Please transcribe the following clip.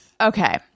Okay